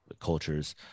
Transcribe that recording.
cultures